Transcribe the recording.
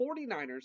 49ers